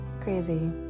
Crazy